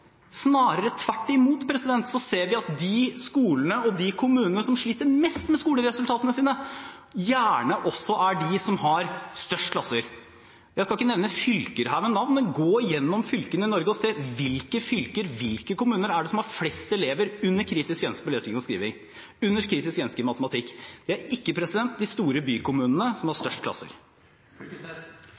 Snarere tvert imot ser vi at de skolene og de kommunene som sliter mest med skoleresultatene sine, gjerne også er de som har minst klasser. Jeg skal ikke her nevne fylker ved navn, men gå gjennom fylkene i Norge og se på hvilke fylker, hvilke kommuner, det er som har flest elever under kritisk grense i lesing, i skriving og i matematikk. Det er ikke de store bykommunene, som har størst